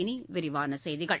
இனி விரிவான செய்திகள்